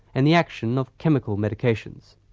and the action of chemical medications.